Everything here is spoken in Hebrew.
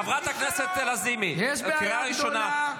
חברת הכנסת לזימי, את בקריאה ראשונה.